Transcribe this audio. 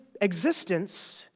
existence